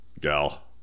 Gal